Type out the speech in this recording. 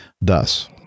Thus